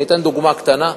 אני אתן דוגמה קטנה: